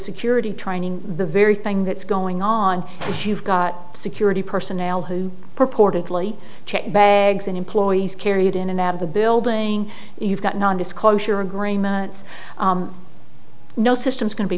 security training the very thing that's going on if you've got security personnel who purportedly check bags and employees carry it in and out of the building you've got nondisclosure agreements no system is going to be